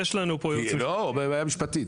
זו בעיה משפטית.